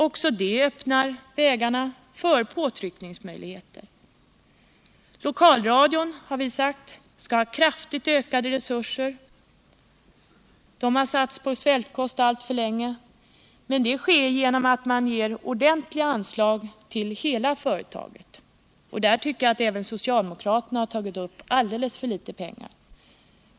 Också det öppnar vägarna för påtryckningsmöjligheter. Vi har sagt att lokalradion skall ha kraftigt ökade resurser — den har satts på svältkost alltför länge — men det skall ske genom att man ger ordentliga anslag till hela företaget. Där tycker jag att socialdemokraterna tagit upp alldeles för litet pengar.